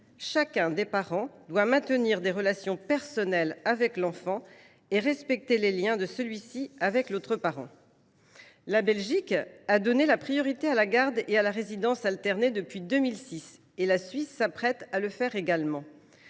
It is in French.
chacun des parents « doit maintenir des relations personnelles avec l’enfant et respecter les liens de celui ci avec l’autre parent ». La Belgique accorde la priorité à la garde et à la résidence alternée depuis 2006 ; la Suisse s’apprête également